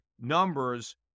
numbers